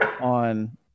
on